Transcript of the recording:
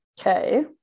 Okay